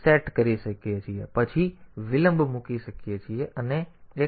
2 સાફ કરીએ છીએ પછી ફરીથી વિલંબને કૉલ કરીએ છીએ અને પછી sjmp પાછું છે